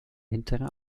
hintere